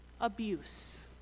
abuse